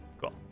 cool